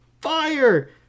fire